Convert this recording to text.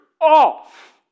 off